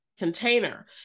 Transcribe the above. container